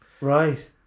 Right